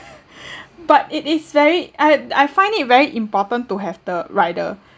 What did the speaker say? but it is very I I find it very important to have the rider